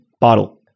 bottle